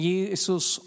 Jesus